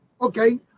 Okay